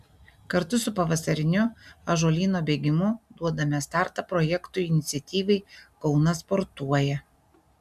kartu su pavasariniu ąžuolyno bėgimu duodame startą projektui iniciatyvai kaunas sportuoja